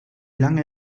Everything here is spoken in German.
lange